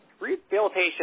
Rehabilitation